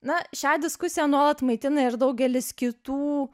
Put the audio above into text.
na šią diskusiją nuolat maitina ir daugelis kitų